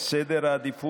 לא להפנות את הגב.